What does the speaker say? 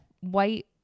white